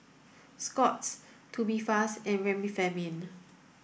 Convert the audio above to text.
Scott's Tubifast and Remifemin